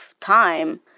time